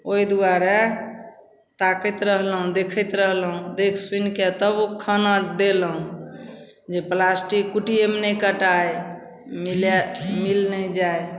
ओहि दुआरे ताकैत रहलहुँ देखैत रहलहुँ देखि सुनिके तब ओ खाना देलहुँ जे प्लास्टिक कुट्टिएमे नहि कटाइ मिलाइ मिलि नहि जाइ